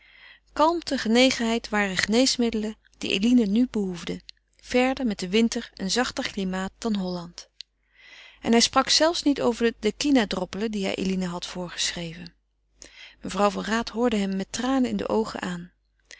kalmte genegenheid waren geneesmiddelen die eline nu behoefde verder met den winter een zachter klimaat dan holland en hij sprak zelfs niet over de kinadroppelen die hij eline had voorgeschreven mevrouw van raat hoorde hem met tranen in de oogen aan